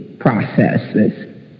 Processes